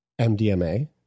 MDMA